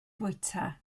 fwyta